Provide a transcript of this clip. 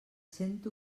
cent